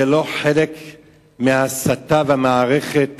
זה חלק מההסתה של מערכת